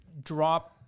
drop